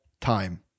time